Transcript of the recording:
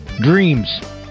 Dreams